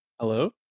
Hello